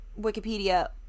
wikipedia